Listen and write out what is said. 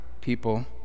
people